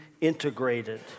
integrated